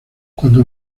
cuando